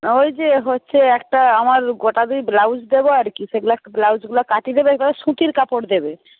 ওই যে হচ্ছে একটা আমার গোটা দুই ব্লাউজ দেবো আর কি সেগুলো একটু ব্লাউজগুলো কাটিয়ে দেবে সুতির কাপড় দেবে